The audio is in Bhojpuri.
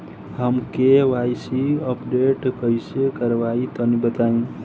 हम के.वाइ.सी अपडेशन कइसे करवाई तनि बताई?